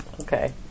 Okay